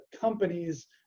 companies